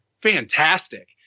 fantastic